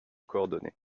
coordonnées